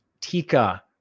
Tika